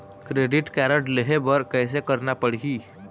Credit card लेहे बर कैसे करना पड़ही?